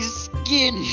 skin